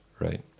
right